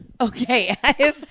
okay